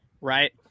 right